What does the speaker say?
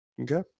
Okay